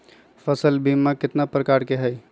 फसल बीमा कतना प्रकार के हई?